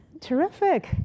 Terrific